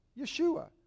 Yeshua